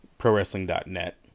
prowrestling.net